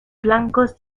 blancos